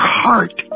heart